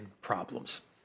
problems